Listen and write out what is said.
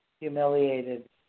humiliated